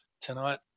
tonight